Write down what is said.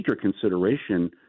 consideration